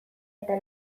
eta